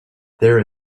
there